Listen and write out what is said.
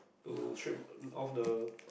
to strip off the